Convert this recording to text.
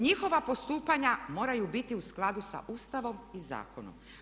Njihova postupanja moraju biti u skladu sa Ustavom i Zakonom.